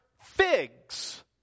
figs